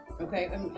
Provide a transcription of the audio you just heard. Okay